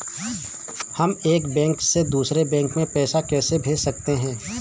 हम एक बैंक से दूसरे बैंक में पैसे कैसे भेज सकते हैं?